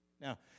Now